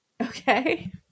Okay